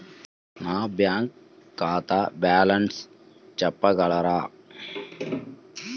నా బ్యాంక్ ఖాతా బ్యాలెన్స్ చెప్పగలరా?